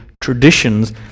traditions